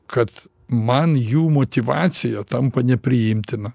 kad man jų motyvacija tampa nepriimtina